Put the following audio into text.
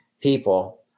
people